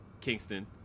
Kingston